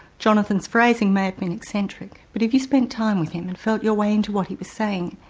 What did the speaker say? jonathan's phrasing may have been eccentric, but if you spent time with him and felt your way into what he was saying,